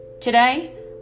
Today